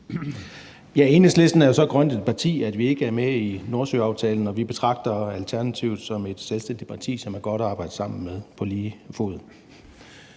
Enhedslisten er jo så grønt et parti, at vi ikke er med i Nordsøaftalen, og vi betragter Alternativet som et selvstændigt parti, som er godt at arbejde sammen med på lige fod.